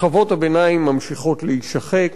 שכבות הביניים ממשיכות להישחק.